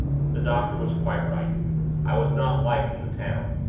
the doctor was quite right i was not liked in the town.